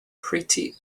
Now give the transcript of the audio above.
pretty